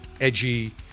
edgy